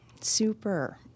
super